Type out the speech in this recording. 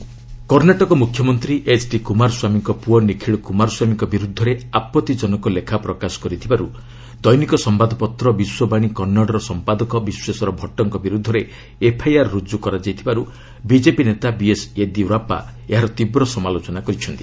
Karnataka FIR Karnataka ମୁଖ୍ୟମନ୍ତ୍ରୀ HD Kumar ସ୍ୱାମୀଙ୍କ ପୁଅ ନିଖିଳ କୁମାର ସ୍ୱାମୀଙ୍କ ବିରୁଦ୍ଧରେ ଆପତ୍ତିଜନକ ଲେଖା ପ୍ରକାଶ କରିଥିବାରୁ ଦୈନିକ ସମ୍ଭାଦପତ୍ର ବିଶ୍ୱବାଣୀ କନ୍ନଡ୍ର ସମ୍ପାଦକ ବିଶ୍ୱେସର ଭଟ୍ଟଙ୍କ ବିରୁଦ୍ଧରେ ଏଫ୍ଆଇଆର୍ ରୁଜୁ କରାଯାଇଥିବାରୁ ବିଜେପି ନେତା ବିଏସ୍ ୟେଦିୟୁରାପ୍ପା ଏହାର ତୀବ୍ର ସମାଲୋଚନା କରିଛନ୍ତି